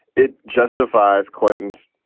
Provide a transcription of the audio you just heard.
it justifies clinton's,